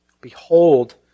Behold